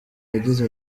yagize